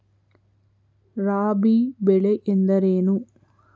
ರಾಬಿ ಬೆಳೆ ಎಂದರೇನು?